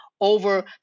over